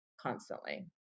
Constantly